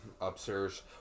upstairs